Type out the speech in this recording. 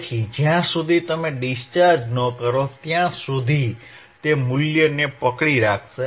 તેથી જ્યાં સુધી તમે ડિસ્ચાર્જ ન કરો ત્યાં સુધી તે મૂલ્યને પકડી રાખશે